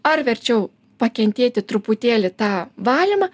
ar verčiau pakentėti truputėlį tą valymą